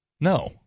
No